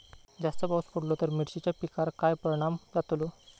जास्त पाऊस पडलो तर मिरचीच्या पिकार काय परणाम जतालो?